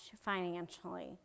financially